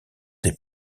des